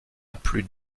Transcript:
plus